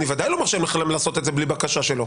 אני בוודאי לא מרשה לכם לעשות את זה בלי בקשה שלו.